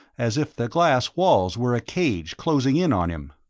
as if the glass walls were a cage closing in on him.